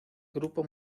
grupo